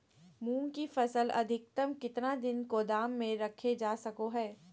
मूंग की फसल अधिकतम कितना दिन गोदाम में रखे जा सको हय?